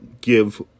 give